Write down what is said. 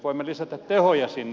voimme lisätä tehoja sinne